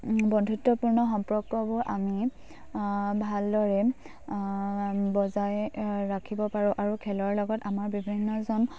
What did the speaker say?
বন্ধুত্বপূৰ্ণ সম্পৰ্কবোৰ আমি ভালদৰে বজাই ৰাখিব পাৰোঁ আৰু খেলৰ লগত আমাৰ বিভিন্নজন